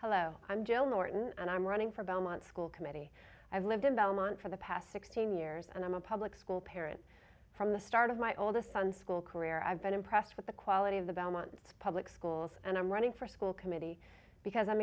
hello i'm jill norton and i'm running for belmont school committee i've lived in belmont for the past sixteen years and i'm a public school parent from the start of my oldest son's school career i've been impressed with the quality of the belmont public schools and i'm running for school committee because i'm